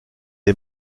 est